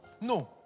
no